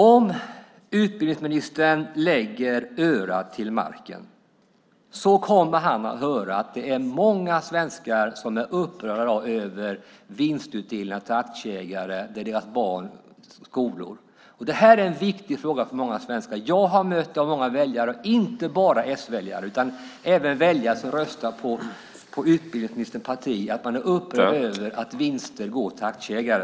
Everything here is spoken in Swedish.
Om utbildningsministern lägger örat till marken kommer han att höra att det är många svenskar som är upprörda över vinstutdelningar från deras barns skolor till aktieägare. Det är en viktig fråga för många svenskar. Jag har mött många väljare, och inte bara s-väljare, utan även väljare som röstar på utbildningsministerns parti. Man är upprörd över att vinster går till aktieägare.